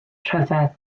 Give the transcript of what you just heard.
rhyfedd